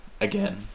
again